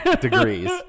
degrees